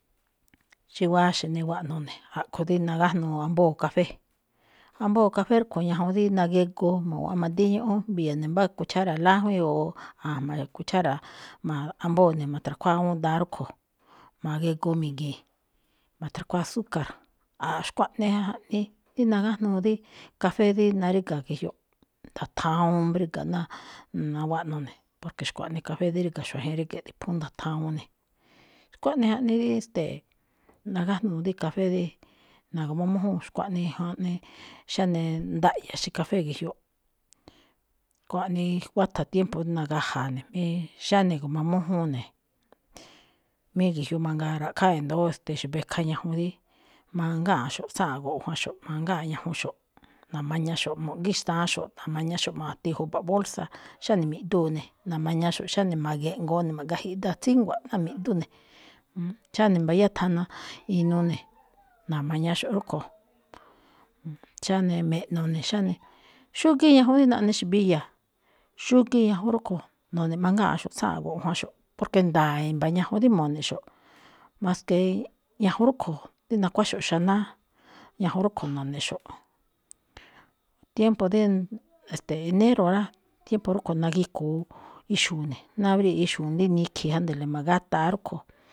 Xí waxe̱ niwaꞌno̱ꞌ ne̱, a̱ꞌkho̱ dí nagájnuu ambóo kafé. Ambóo kafé rúꞌkho̱ ñajuun dí nagegoo ma̱gua̱ꞌan madíí ñúꞌún mbi̱ya̱ ne̱ mbá cuchara lájwíin, o a̱jma̱ ne̱ cuchara, ma̱j- ambóo ne̱ ma̱tra̱khuáa awúun daan rúꞌkho̱, ma̱ge̱goo mi̱gi̱i̱n, matra̱khúa azúcar. A̱a̱, xkuaꞌnii dí nagájnuu dí kafé dí naríga̱ ge̱jyoꞌ, ndathawuun mbriga̱ ná nawaꞌno̱ ne̱, porque xkuaꞌnii kafé dí ríga̱ xuajen ríge̱ꞌ, dí phú ndathawuun ne̱. Xkuaꞌnii jaꞌnii dí, ste̱e̱, nagájnuu dí kafé dí na̱gu̱mamújúun xkuaꞌnii jaꞌnii, xáne ndaꞌya xi̱kafé ge̱jyoꞌ. Kuaꞌnii wátha̱ tiempo rí nagaja̱a̱, mí xáne gu̱mamújúun ne̱. Mí ge̱jyoꞌ mangaa ra̱ꞌkhá i̱ndo̱ó, ste̱e̱, xa̱bekha ñajun dí mangáanꞌxo̱ꞌ tsáan go̱ꞌo̱ jwanxo̱ꞌ, mangáanꞌ ñajunxo̱ꞌ, na̱mañaxo̱ꞌ mu̱ꞌgí xtaaxo̱ꞌ, na̱mañaxo̱ꞌ ma̱ti ju̱ba̱ꞌ bolsa, xáne mi̱ꞌduu̱ ne̱, na̱ma̱ñaxo̱ꞌ xáne ma̱ge̱ꞌgoon ne̱, ma̱ꞌgajiꞌda tsíngua̱ꞌ, ná mi̱ꞌdu ne̱, xáne mbayá thana inuu ne̱, na̱mañaxo̱ꞌ rúꞌkho̱. xáne me̱ꞌno̱ ne̱ xáne, xígíí ñajun dí naꞌne xa̱biya̱, xúgíí ñajun rúꞌkho̱ no̱ne̱ mangáaṉxo̱ꞌ tsáanꞌ go̱ꞌo̱ jwanxo̱ꞌ, porque nda̱a̱ i̱mba̱ ñajun dí mo̱ne̱xo̱ꞌ, maske ñajun rúꞌkho̱, dí nakuáxo̱ꞌ xanáá. Ñajun rúꞌkho̱ no̱ne̱xo̱ꞌ. Tiempo dí, e̱ste̱e̱, enero rá, tiempo rúꞌkho̱ nagigu̱u ixu̱u̱ ne̱, ná bríya̱ꞌ ixu̱u̱ ne̱ dí nikhi̱i̱, ánde̱le̱ ma̱gata̱a rúꞌkho̱.